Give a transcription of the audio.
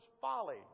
Folly